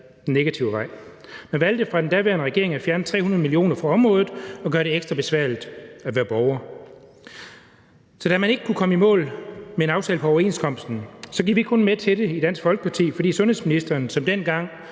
den negative vej. Man valgte fra den daværende regerings side at fjerne 300 mio. kr. fra området og gøre det ekstra besværligt at være borger. Og da man så ikke kunne komme i mål med en aftale på overenskomsten, gik vi kun med til det i Dansk Folkeparti, fordi sundhedsministeren, som dengang